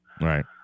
Right